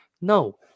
No